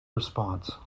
response